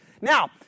Now